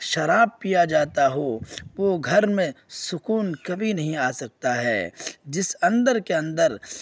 شراب پیا جاتا ہو وہ گھر میں سکون کبھی نہیں آ سکتا ہے جس اندر کے اندر